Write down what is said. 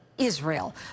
Israel